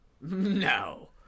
No